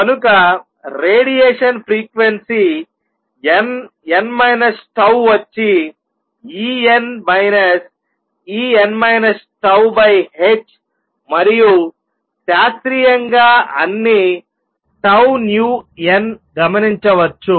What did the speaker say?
కనుక radiation frequency nn 𝜏 వచ్చి E n E n 𝜏 h మరియు శాస్త్రీయంగా అన్ని 𝜏 nu n గమనించవచ్చు